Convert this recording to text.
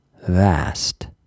vast